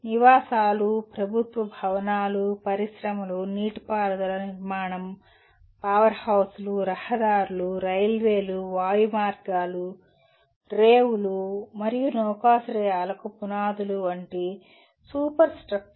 నివాసాలు ప్రభుత్వ భవనాలు పరిశ్రమలు నీటిపారుదల నిర్మాణం పవర్హౌస్లు రహదారులు రైల్వేలు వాయుమార్గాలు రేవులు మరియు నౌకాశ్రయాలకు పునాదులు మరియు సూపర్ స్ట్రక్చర్స్